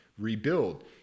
rebuild